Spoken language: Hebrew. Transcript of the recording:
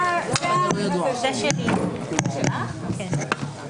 זה פסק דין שעומד בניגוד לכל הכללים.